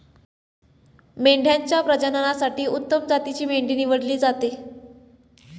मेंढ्यांच्या प्रजननासाठी उत्तम जातीची मेंढी निवडली जाते